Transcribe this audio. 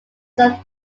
served